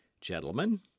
Gentlemen